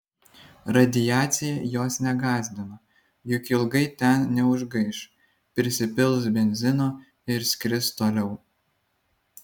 radiacija jos negąsdina juk ilgai ten neužgaiš prisipils benzino ir skris toliau